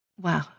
Wow